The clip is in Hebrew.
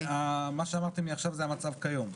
מה שאמרתם עכשיו הוא המצב הקיים היום.